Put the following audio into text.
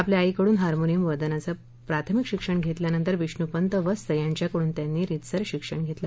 आपल्या आईकडून हामॉनियम वादनाचं प्राथमिक शिक्षण घेतल्यावर विष्णूपंत वस्त यांच्याकडून त्यांनी रितसर शिक्षण घेतलं